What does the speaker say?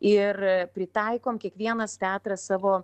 ir pritaikom kiekvienas teatras savo